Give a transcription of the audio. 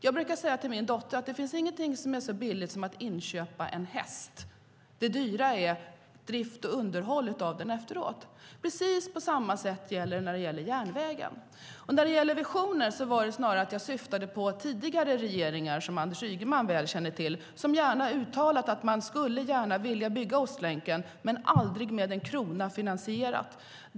Jag brukar säga till min dotter att det inte finns någonting som är så billigt som att inköpa en häst - det dyra är drift och underhåll av den efteråt. Precis på samma sätt är det när det gäller järnvägen. När det gäller visioner syftade jag snarare på tidigare regeringar, som Anders Ygeman väl känner till, som uttalade att man gärna skulle vilja bygga Ostlänken men aldrig med en krona finansierade den.